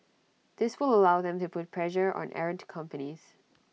this will allow them to put pressure on errant companies